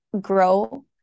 grow